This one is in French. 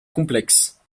complexe